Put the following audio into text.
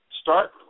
start